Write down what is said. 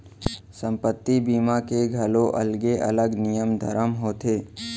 संपत्ति बीमा के घलौ अलगे अलग नियम धरम होथे